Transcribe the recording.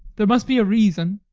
there must be a reason.